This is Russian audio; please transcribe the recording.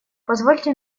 позвольте